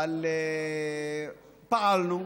אבל פעלנו,